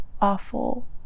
awful